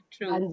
True